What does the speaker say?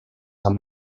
amb